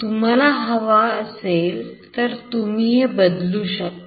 तुम्हाला हवा असेल तर तुम्ही बदलू शकता